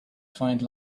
find